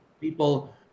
people